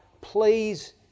please